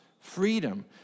freedom